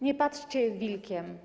Nie patrzcie wilkiem/